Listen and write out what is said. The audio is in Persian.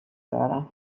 دارم